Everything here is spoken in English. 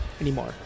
anymore